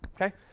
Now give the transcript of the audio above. Okay